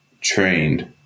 trained